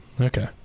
Okay